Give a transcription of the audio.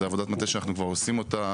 זו עבודת מטה שאנחנו עושים אותה